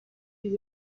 des